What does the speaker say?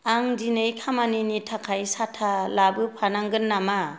आं दिनै खामानिनि थाखाय साथा लाबोफानांगोन नामा